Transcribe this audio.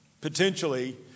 potentially